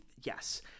Yes